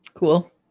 Cool